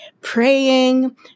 praying